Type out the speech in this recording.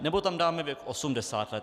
Nebo tam dáme věk 80 let.